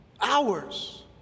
hours